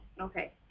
Okay